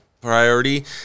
priority